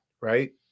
right